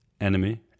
Enemy